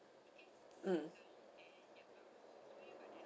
mm